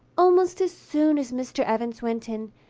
almost as soon as mr. evans went in,